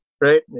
right